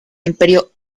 imperio